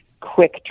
quick